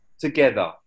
together